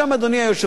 אדוני היושב-ראש,